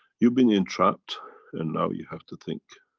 you've been entrapped and now you have to think